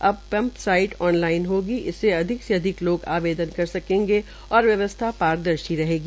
अब pump site online होगी इससे अधिक से अधिक लोगों आवेदन कर सकेंगे और व्यवस्था पारद्रर्शी होगी